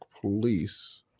police